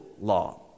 law